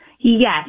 Yes